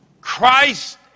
Christ